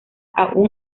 aún